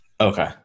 Okay